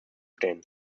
stehen